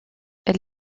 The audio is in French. elle